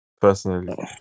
personally